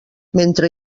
mentre